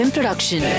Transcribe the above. Production